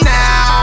now